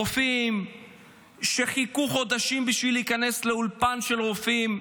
רופאים שחיכו חודשים כדי להיכנס לאולפן של רופאים,